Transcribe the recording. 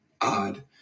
odd